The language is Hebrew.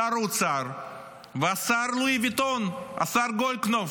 שר האוצר והשר לואי ויטון, השר גולדקנופ,